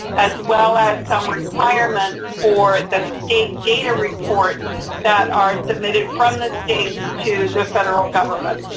as well as some requirements for the state data reports that are submitted from the states to the federal government.